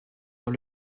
dans